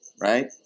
Right